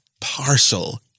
partial